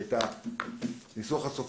את הניסוח הסופי של סעיף 9 עם ההערות שלנו,